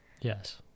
Yes